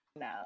No